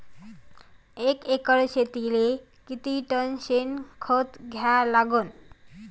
एका एकर शेतीले किती टन शेन खत द्या लागन?